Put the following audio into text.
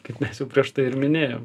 kaip mes jau prieš tai ir minėjom